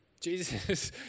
Jesus